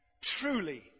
truly